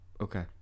Okay